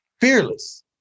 fearless